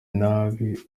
nabi